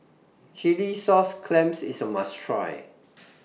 Chilli Sauce Clams IS A must Try